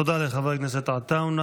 תודה לחבר הכנסת עטאונה.